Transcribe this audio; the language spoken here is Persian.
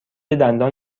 دندان